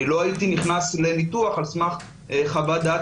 לא הייתי נכנס לניתוח על סמך חוות דעת